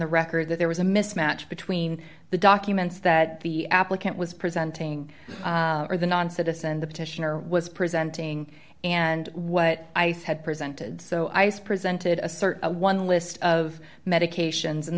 the record that there was a mismatch between the documents that the applicant was presenting or the non citizen the petitioner was presenting and what i said presented so ice presented assert one list of medications and